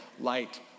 light